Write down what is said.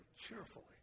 cheerfully